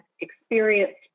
experienced